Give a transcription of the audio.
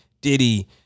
Diddy